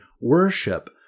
worship